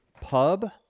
pub